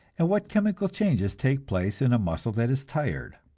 and what chemical changes take place in a muscle that is tired.